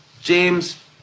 James